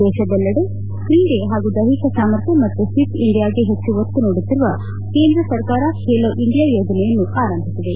ದೇಶದಲ್ಲಿ ಕ್ರೀಡೆ ಪಾಗೂ ದೈಹಿಕ ಸಾಮರ್ಥ್ಯ ಮತ್ತು ಫಿಟ್ ಇಂಡಿಯಾಗೆ ಹೆಚ್ಚು ಒತ್ತು ನೀಡುತ್ತಿರುವ ಕೇಂದ್ರ ಸರ್ಕಾರ ಖೇಲೋ ಇಂಡಿಯಾ ಯೋಜನೆಯನ್ನು ಆರಂಭಿಸಿದೆ